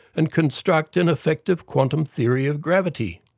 and construct an effective quantum theory of gravity.